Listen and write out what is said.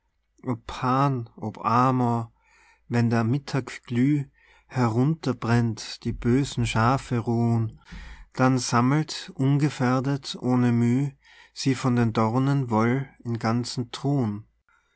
ob amor wenn der mittag glüh herunterbrennt die bösen schafe ruhen dann sammelt ungefährdet ohne müh sie von den dornen woll in ganze